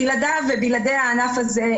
בלעדי הענף הזה,